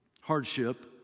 hardship